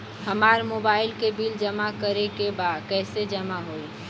हमार मोबाइल के बिल जमा करे बा कैसे जमा होई?